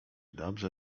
dobrze